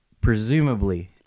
presumably